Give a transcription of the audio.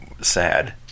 sad